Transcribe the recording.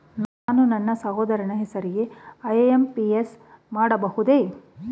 ನಾನು ನನ್ನ ಸಹೋದರನ ಹೆಸರಿಗೆ ಐ.ಎಂ.ಪಿ.ಎಸ್ ಮಾಡಬಹುದೇ?